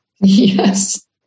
Yes